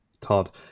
Todd